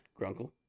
Grunkle